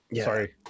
Sorry